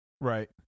Right